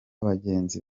bagenzi